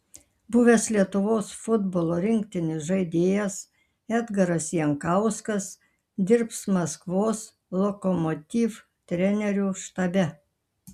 buvęs lietuvos futbolo rinktinės žaidėjas edgaras jankauskas dirbs maskvos lokomotiv trenerių štabe